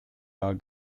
are